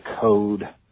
code